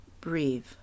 Breathe